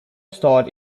starred